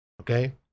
Okay